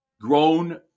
grown